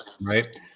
Right